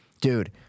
dude